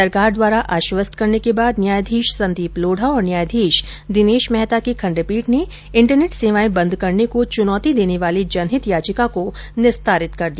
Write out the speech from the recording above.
सरकार द्वारा आश्वस्त करने के बाद न्यायाधीश संदीप लोढ़ा और न्यायाधीश दिनेश मेहता की खण्डपीठ ने इंटरनेट सेवाएं बंद करने को चुनौती देने वाली जनहित याचिका को निस्तारित कर दिया